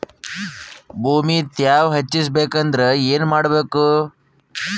ಭೂಮಿ ತ್ಯಾವ ಹೆಚ್ಚೆಸಬೇಕಂದ್ರ ಏನು ಮಾಡ್ಬೇಕು?